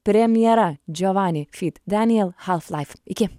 premjera džiovani fit deniel half life iki